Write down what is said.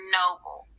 noble